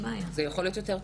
זה יכול להיות יותר טוב.